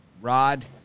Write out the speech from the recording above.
Rod